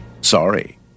Sorry